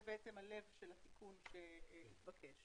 זה הלב של התיקון שהתבקש.